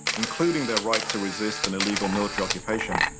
including their right to resist an illegal military occupation,